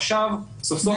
עכשיו סוף סוף